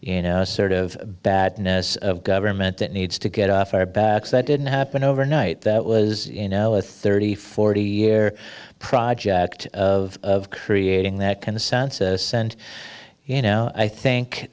you know sort of badness of government that needs to get off our backs that didn't happen overnight that was you know a thirty forty year project of creating that consensus and you know i think